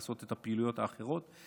לעשות את הפעילויות האחרות.